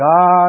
God